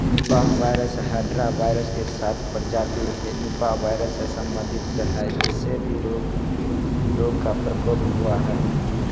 Nipah virus Hendra virus के साथ प्रजाति हेनिपावायरस से संबंधित है जिससे भी रोग रोग का प्रकोप हुआ है